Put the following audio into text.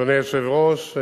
אדוני היושב-ראש,